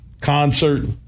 concert